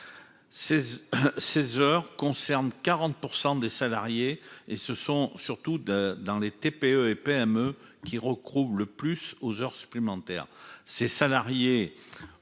seize heures concerne 40 % des salariés et ce sont surtout de dans les TPE et PME qui recrutent le plus aux heures supplémentaires, ces salariés